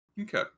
Okay